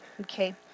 okay